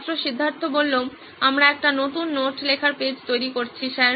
ছাত্র সিদ্ধার্থ আমরা একটি নতুন নোট লেখার পেজ তৈরি করছি স্যার